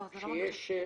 לא,